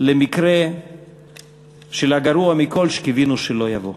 למקרה של הגרוע מכול שקיווינו שלא יבוא.